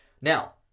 Now